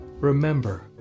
Remember